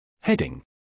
Heading